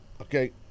okay